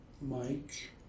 Mike